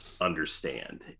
understand